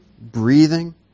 breathing